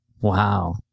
Wow